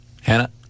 Hannah